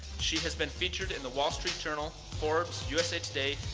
she has been featured in the wall street journal, forbes, usa today,